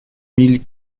mille